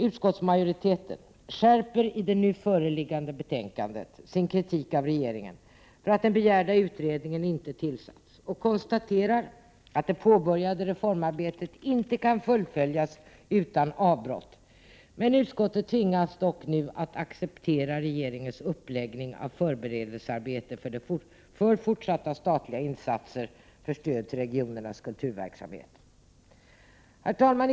Utskottsmajoriteten skärper i det nu föreliggande betänkandet sin kritik av regeringen för att den begärda utredningen inte tillsatts och konstaterar att det påbörjade reformarbetet inte kan fullföljas utan avbrott. Utskottet tvingas dock nu att acceptera regeringens uppläggning av förberedelsearbetet för fortsatta statliga insatser för stöd till regionernas kulturverksamhet. Herr talman!